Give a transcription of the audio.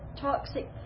toxic